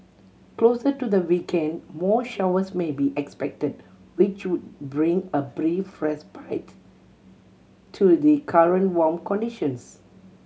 closer to the weekend more showers may be expected which would bring a brief respite to the current warm conditions